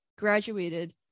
graduated